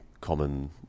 common